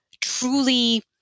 truly